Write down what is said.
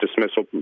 Dismissal